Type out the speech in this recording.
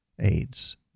aids